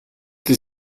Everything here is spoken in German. die